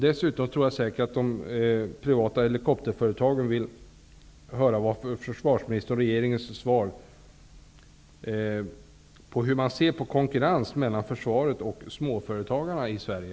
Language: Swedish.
Dessutom tror jag säkert att de privata helikopterföretagen vill höra hur försvarsministern och regeringen ser på frågan om konkurrens mellan försvaret och småföretagarna i Sverige.